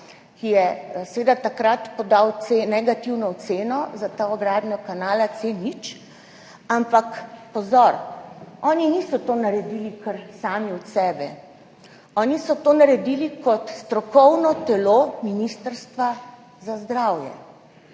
ki je seveda takrat podal negativno oceno za gradnjo kanala C0, ampak pozor! Oni niso tega naredili kar sami od sebe, oni so to naredili kot strokovno telo Ministrstva za zdravje